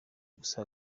gusa